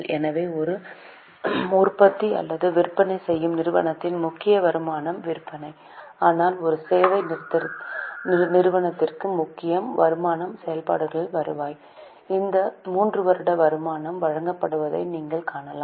எனவே ஒரு உற்பத்தி அல்லது விற்பனை செய்யும் நிறுவனத்திற்கு முக்கிய வருமானம் விற்பனை ஆனால் ஒரு சேவை நிறுவனத்திற்கு முக்கிய வருமானம் செயல்பாடுகளின் வருவாய் இந்த 3 வருட வருமானம் வழங்கப்படுவதை நீங்கள் காணலாம்